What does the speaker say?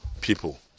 people